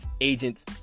Agents